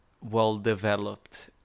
well-developed